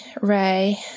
Ray